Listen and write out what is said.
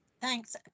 thanks